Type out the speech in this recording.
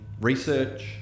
research